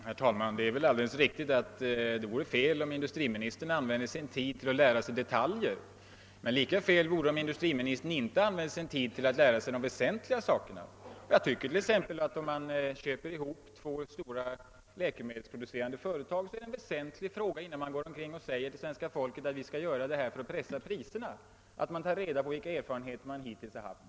Herr talman! Det är givetvis alldeles felaktigt om industriministern använde sin tid till att lära sig detaljer om de statliga företagen, men lika fel vore det om han inte använde den till att lära sig de väsentliga sakerna. Om man t.ex. köper ihop två stora läkemedelsproducerande företag är det enligt min mening väsentligt att man, innan man säger till svenska folket att man gör detta köp för att pressa priserna, tar reda på de erfarenheter som hittills har gjorts.